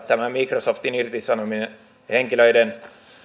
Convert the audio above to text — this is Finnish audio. tämä microsoftin irtisanomille henkilöille